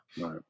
Right